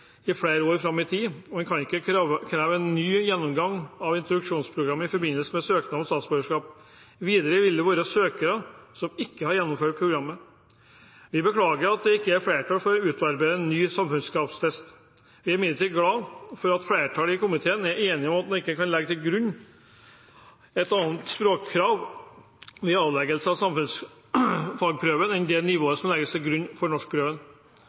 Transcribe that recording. flere år fram i tid, og en kan ikke kreve en ny gjennomgang av introduksjonsprogrammet i forbindelse med søknad om statsborgerskap. Videre vil det være søkere som ikke har gjennomført programmet. Vi beklager at det ikke er flertall for å utarbeide en ny samfunnskunnskapstest. Vi er imidlertid glad for at flertallet i komiteen er enig i at en ikke kan legge til grunn et annet språkkrav ved avleggelse av samfunnsfagprøven enn det nivået som legges til grunn for